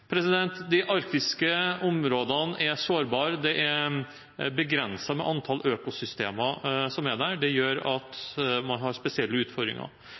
De arktiske områdene er sårbare, det er et begrenset antall økosystemer som er der. Det gjør at man har spesielle utfordringer.